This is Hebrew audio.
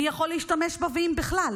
מי יכול להשתמש בה, ואם בכלל?